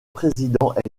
président